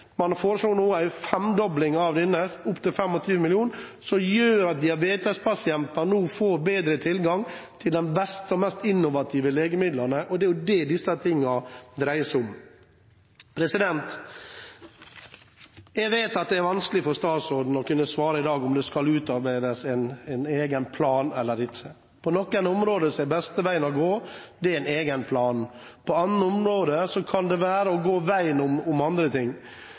Man foreslår nå en femdobling av denne – opp til 25 mill. kr – noe som gjør at diabetespasienter får bedre tilgang til de beste og mest innovative legemidlene. Det er det dette dreier seg om. Jeg vet at det er vanskelig for statsråden å svare på i dag om det skal utarbeides en egen plan eller ikke. På noen områder er den beste veien å gå en egen plan. På andre områder kan det være å gå veien om andre ting.